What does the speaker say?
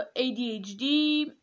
ADHD